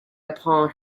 upon